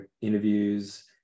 interviews